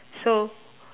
so